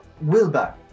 Wilbur